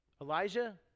Elijah